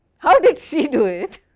how did she do it?